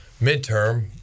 midterm